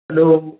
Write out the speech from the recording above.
hello